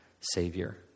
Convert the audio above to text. Savior